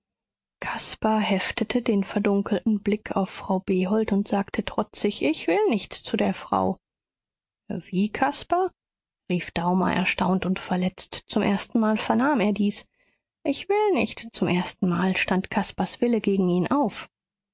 caspar heftete den verdunkelten blick auf frau behold und sagte trotzig ich will nicht zu der frau wie caspar rief daumer erstaunt und verletzt zum erstenmal vernahm er dies ich will nicht zum erstenmal stand caspars wille gegen ihn auf